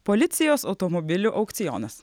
policijos automobilių aukcionas